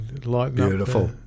Beautiful